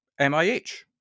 MIH